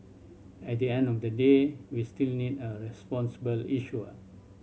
at the end of the day we still need a responsible issuer